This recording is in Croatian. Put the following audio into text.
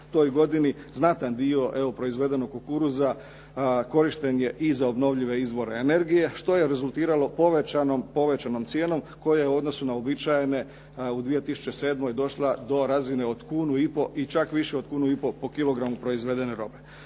toj godini znatan dio evo proizvedenog kukuruza korišten je i za obnovljive izvore energije što je rezultiralo povećanom cijenom koja je u odnosu na uobičajene u 2007. došla do razine od kunu i pol i čak više od kunu i pol po kilogramu proizvedene robe.